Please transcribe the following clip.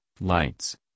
lights